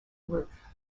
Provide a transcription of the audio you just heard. roof